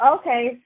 okay